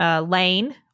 Lane